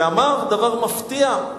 שאמר דבר מפתיע: